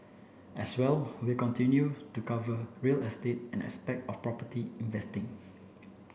as well we continue to cover real estate and aspect of property investing